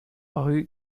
rue